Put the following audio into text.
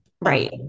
Right